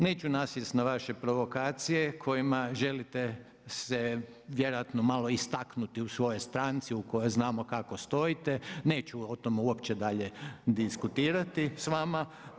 Neću nasjest na vaše provokacije kojima želite se vjerojatno malo istaknuti u svojoj stranci u kojoj znamo kako stojite, neću o tom uopće dalje diskutirati s vama.